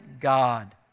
God